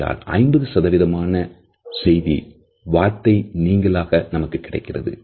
ஆகையால் 50 சதவீதமான செய்தி வார்த்தைகள் நீங்களாக நமக்கு கிடைக்கிறது